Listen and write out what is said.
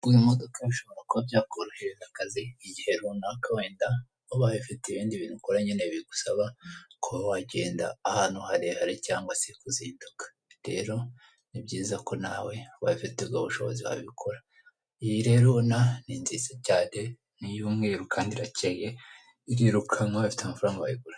Kugura imodoka bishobora kuba byakorohereza akazi, igihe runaka wenda ubaye ufite ibindi bintu ukora bigusaba kuba wagenda ahantu harehare cyangwa kuzinduka, rero ni byiza ko nawe ubaye ufite ubwo bushobozi wabikora, iyi rero ubona ni nziza cyane, ni iy'umweru kandi irakeye, irirukanka ubaye ufite amafaranga wayigura.